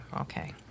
Okay